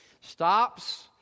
stops